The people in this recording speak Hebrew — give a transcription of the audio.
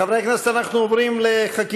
חברי הכנסת, אנחנו עוברים לחקיקה.